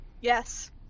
Yes